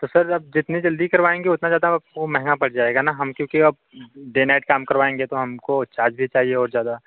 तो सर आप जितनी जल्दी करवाएँगे उतना ज़्यादा वो महँगा पड़ जाएगा ना हम क्योंकि अब डे नाइट काम करवाएँगे तो हमको चार्ज भी चाहिए और ज़्यादा